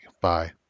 bye